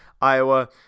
Iowa